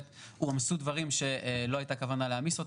שהועמסו דברים שלא הייתה כוונה להעמיס אותם.